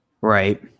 Right